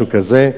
משהו כזה.